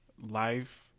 life